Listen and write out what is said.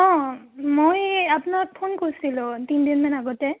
অঁ মই আপোনাক ফোন কৰিছিলোঁ তিনিদিনমান আগতে